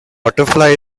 butterfly